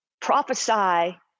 Prophesy